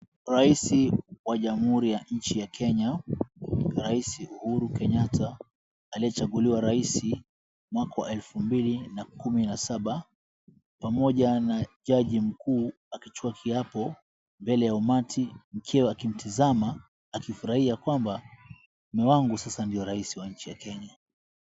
Raisi wa jamhuri ya nchi ya Kenya raisi Uhuru Kenyatta aliyechaguliwa raisi mwaka wa 2017 pamoja na jaji mkuu akichukua kiapo mbele ya umati mkewe akimtizama akifurahia kwamba mume wangu sasa ndio raisi wa nchi ya Kenya.